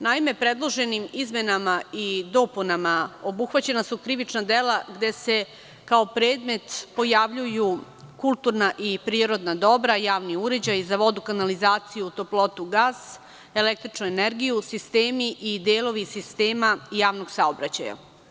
Naime, predloženim izmenama i dopunama obuhvaćena su krivična dela gde se kao predmet pojavljuju kulturna i prirodna dobra, javni uređaji za vodu, kanalizaciju, toplotu, gas i električnu energiju, sistemi i delovi sistema javnog saobraćaja.